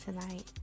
tonight